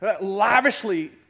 lavishly